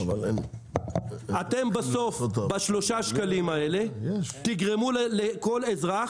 אתם בסוף בשלושה שקלים האלה תגרמו לאזרח